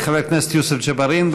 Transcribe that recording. חבר הכנסת יוסף ג'בארין,